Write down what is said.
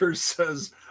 says